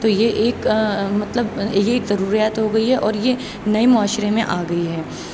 تو یہ ایک مطلب ایک ضروریات ہو گئی ہے اور یہ نئے معاشرے میں آ گئی ہے